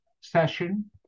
session